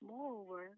Moreover